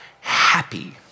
happy